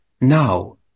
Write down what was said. Now